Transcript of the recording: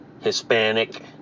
Hispanic